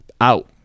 out